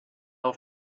auf